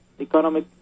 economic